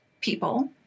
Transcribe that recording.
people